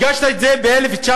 הגשת את זה ב-1980,